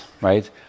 right